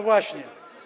Właśnie.